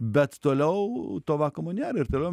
bet toliau to vakumo nėra ir toliau mes